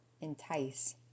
entice